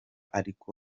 ariko